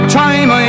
time